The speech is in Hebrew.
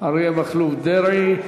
אריה מכלוף דרעי.